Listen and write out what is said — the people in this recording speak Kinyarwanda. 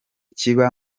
kiba